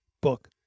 book